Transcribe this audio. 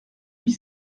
huit